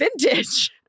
vintage